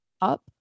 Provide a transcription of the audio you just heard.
up